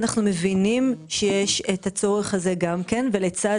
אנחנו מבינים שיש את הצורך הזה גם כן ולצד